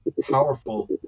powerful